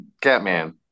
Catman